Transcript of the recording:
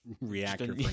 reactor